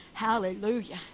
Hallelujah